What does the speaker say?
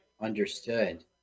understood